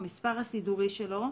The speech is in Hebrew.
המספר הסידורי שלו,